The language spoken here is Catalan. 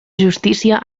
justícia